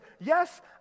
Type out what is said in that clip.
Yes